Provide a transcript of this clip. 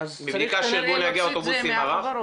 --- אז צריך כנראה להוציא את זה מהחברות.